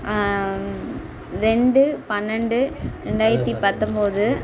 ரெண்டு பன்னெண்டு ரெண்டாயிரத்து பத்தம்போது